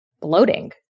bloating